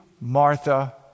Martha